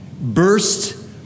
burst